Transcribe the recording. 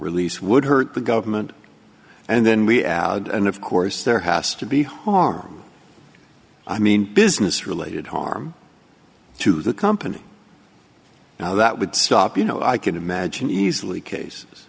release would hurt the government and then we and of course there has to be harm i mean business related harm to the company now that would stop you know i can imagine easily case